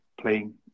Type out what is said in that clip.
playing